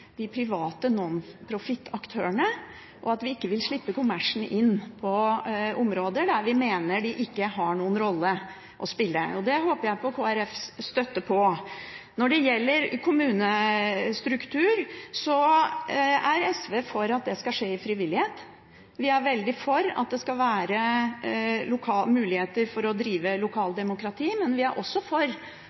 de private nonprofit-aktørene, og at vi ikke vil slippe kommersen inn på områder der vi mener de ikke har noen rolle å spille. Der håper jeg på Kristelig Folkepartis støtte. Når det gjelder kommunestruktur, er SV for at det skal skje i frivillighet. Vi er veldig for at det skal være muligheter for å drive lokaldemokrati, men vi er også for